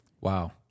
Wow